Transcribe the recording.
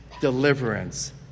deliverance